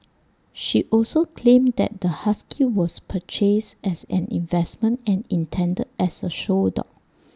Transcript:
she also claimed that the husky was purchased as an investment and intended as A show dog